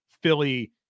philly